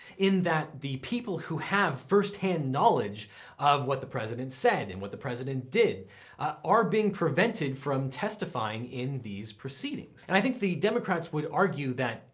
in that the people who have first-hand knowledge of what the president said and what the president did are being prevented from testifying in these proceedings. and i think the democrats would argue that,